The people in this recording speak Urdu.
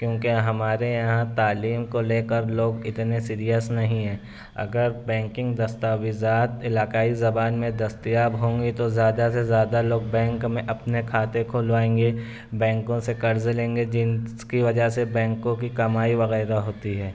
کیونکہ ہمارے یہاں تعلیم کو لے کر لوگ اتنے سیرئس نہیں ہیں اگر بینکنگ دستاویزات علاقائی زبان میں دستیاب ہوں گی تو زیادہ سے زیادہ لوگ بینک میں اپنے کھاتے کھلوائیں گے بینکوں سے قرض لیں گے جنس کی وجہ سے بینکوں کی کمائی وغیرہ ہوتی ہے